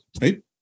right